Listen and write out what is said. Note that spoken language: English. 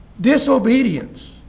Disobedience